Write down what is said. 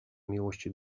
miłości